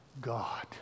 God